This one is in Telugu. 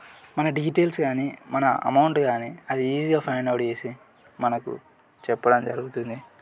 మన డీటెయిల్స్ కానీ మన అమౌంట్ కానీ అది ఈజీగా ఫైండ్ అవుట్ చేసి మనకు చెప్పడం జరుగుతుంది